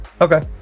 okay